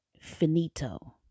finito